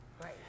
Right